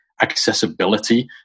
accessibility